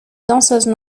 danseuses